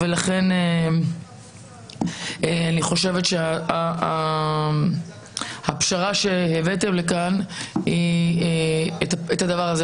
אני חושבת שהפשרה שהבאתם לכאן היא פותרת את הדבר הזה,